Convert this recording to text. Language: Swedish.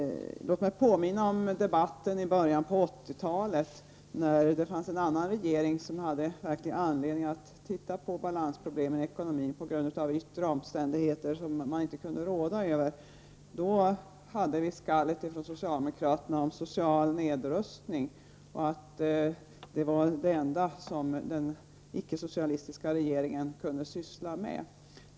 Låt mig påminna om debatten i början på 1980-talet. Då fanns det en annan regering som verkligen hade anledning att titta på balansproblem i ekonomin på grund av yttre omständigheter som man inte kunde råda över. Då hade vi skallet från socialdemokraterna om social nedrustning, som var det enda som den icke-socialistiska regeringen kunde syssla med.